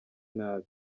nabi